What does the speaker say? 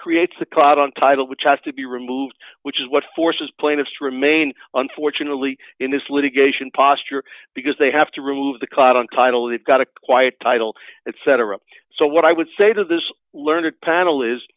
creates the cloud on title which has to be removed which is what forces plainest remain unfortunately in this litigation posture because they have to remove the cut on title it got a quiet title etc so what i would say to this learned panel is